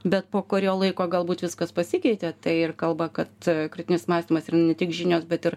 bet po kurio laiko galbūt viskas pasikeitė tai ir kalba kad kritinis mąstymas yra ne tik žinios bet ir